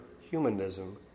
humanism